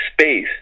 space